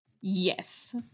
Yes